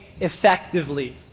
effectively